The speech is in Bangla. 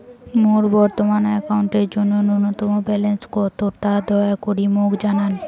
মোর বর্তমান অ্যাকাউন্টের জন্য ন্যূনতম ব্যালেন্স কত তা দয়া করি মোক জানান